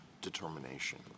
determination